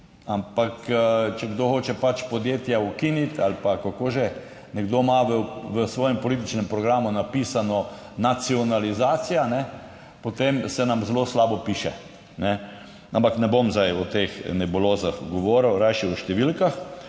Ampak če kdo hoče pač podjetja ukiniti ali pa kako že, nekdo ima v svojem političnem programu napisano nacionalizacija, potem se nam zelo slabo piše. Ampak ne bom zdaj o teh nebulozah govoril, rajši o številkah.